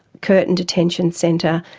curtin detention centre,